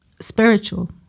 spiritual